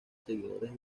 seguidores